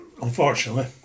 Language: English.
unfortunately